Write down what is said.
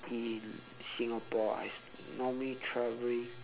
in singapore ah it's normally traveling